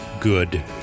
good